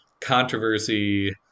controversy